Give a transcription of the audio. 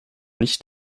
nicht